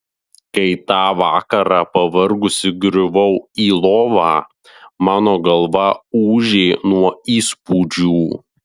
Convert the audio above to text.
kai tą vakarą pavargusi griuvau į lovą mano galva ūžė nuo įspūdžių